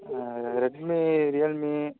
Redmi Realme